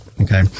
okay